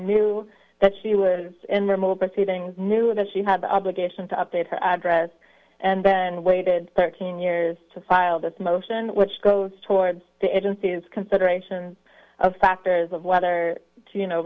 knew that she was in the proceedings knew that she had the obligation to update her address and then waited thirteen years to file this motion which goes towards the agency's considerations of factors of whether you know